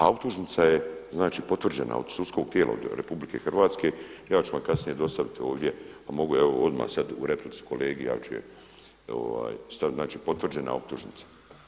A optužnica je znači potvrđena od sudskog tijela od RH, ja ću vam kasnije dostaviti ovdje a mogu odmah evo sad u replici kolegi ja ću je, … znači potvrđena optužnica.